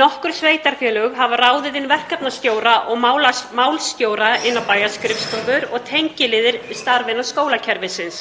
Nokkur sveitarfélög hafa ráðið verkefnastjóra og málsstjóra inn á bæjarskrifstofur og tengiliðir starfa innan skólakerfisins,